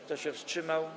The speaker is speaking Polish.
Kto się wstrzymał?